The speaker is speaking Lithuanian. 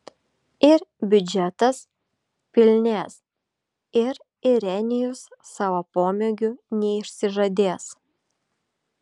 ir biudžetas pilnės ir irenijus savo pomėgių neišsižadės